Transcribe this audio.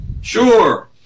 Sure